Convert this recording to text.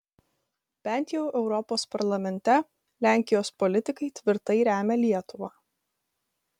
bent jau europos parlamente lenkijos politikai tvirtai remia lietuvą